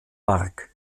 mark